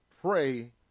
Pray